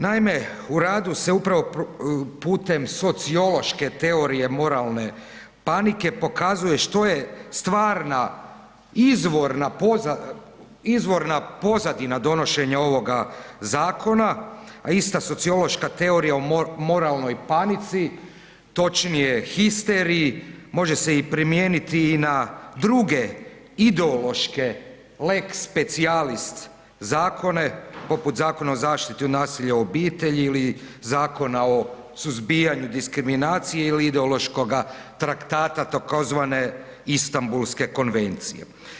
Naime, u radu se upravo putem sociološke teorije moralne panike pokazuje što je stvarna izvorna pozadina donošenja ovoga zakona, a ista sociološka teorija o moralnoj panici, točnije histeriji može se i primijeniti i na druge ideološke lex specialis zakone, poput Zakona o zaštiti od nasilja u obitelji ili Zakona o suzbijanju diskriminacije ili ideološkoga traktata tzv. Istambulske konvencije.